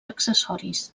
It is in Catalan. accessoris